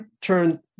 turn